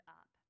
up